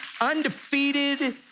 undefeated